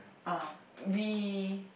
ah we